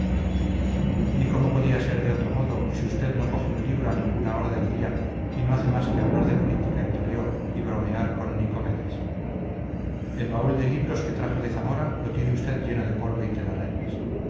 ni cómo podía ser de otro modo si usted no coge un libro a ninguna hora del día y no hace más que hablar de política y toreo y bromear con nicomedes el baúl de libros que trajo de zamora lo tiene usted lleno de polvo y telarañas